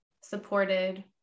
supported